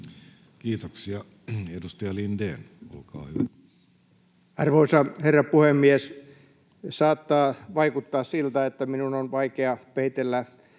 Kiitoksia. — Edustaja Lindén, olkaa hyvä. Arvoisa herra puhemies! Saattaa vaikuttaa siltä, että minun on vaikea peitellä